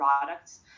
products